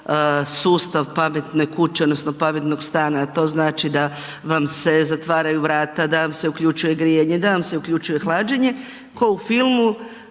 sustav pametne kuće, odnosno pametnog stana a to znači da vam se zatvaraju vrata, da vam se uključuje grijanje, da vam se uključuje hlađenje, kao u filmu,